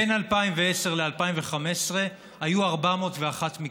בין 2010 ל-2015 היו 401 מקרים,